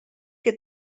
que